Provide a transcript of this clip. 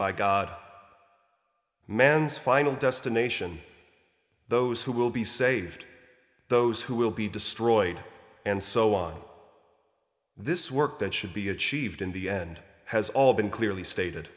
by god man's final destination those who will be saved those who will be destroyed and so on this work that should be achieved in the end has all been clearly stated